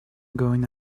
going